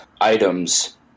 items